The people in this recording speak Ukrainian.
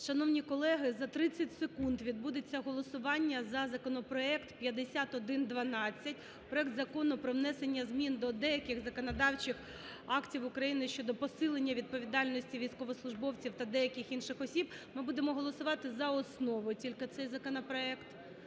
Шановні колеги, за 30 секунд відбудеться голосування за законопроект 5112, проект Закону про внесення до деяких законодавчих актів України щодо посилення відповідальності військовослужбовців та деяких інших осіб. Ми будемо голосувати за основу тільки цей законопроект.